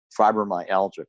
fibromyalgia